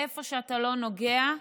ואיפה שאתה לא נוגע,